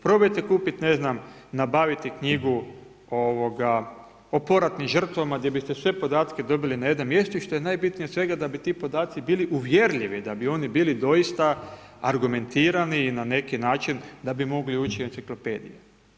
Probajte kupiti, ne znam, nabaviti knjigu, o poratnim žrtvama, gdje biste sve podatke dobili na jednom mjestu i što je najbitnije od svega, da bi ti podaci bili uvjerljivi, da bi oni bili doista argumentirani i na neki način da bi mogli ući u enciklopedije.